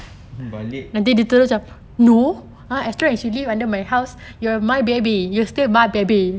balik